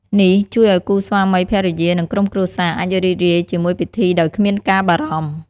នេះជួយឲ្យគូស្វាមីភរិយា និងក្រុមគ្រួសារអាចរីករាយជាមួយពិធីដោយគ្មានការបារម្ភ។